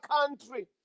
country